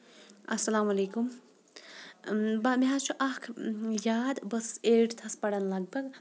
السلام علیکُم مےٚ حظ چھُ اکھ یاد بہٕ ٲسٕس ایٹتھس پران لگ بگ